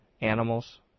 animals